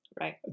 Right